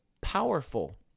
powerful